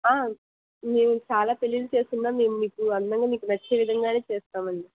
మేము చాలా చాలా పెళ్ళిళ్ళు చేస్తున్నాం మేము మీకు అందంగా మీకు నచ్చే విధంగా చేస్తాం అండి